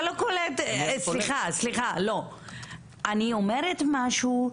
אני אומרת משהו,